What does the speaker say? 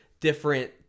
different